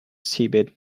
seabed